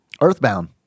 Earthbound